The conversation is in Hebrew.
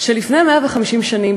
שלפני 150 שנים,